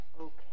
okay